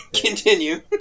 Continue